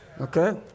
Okay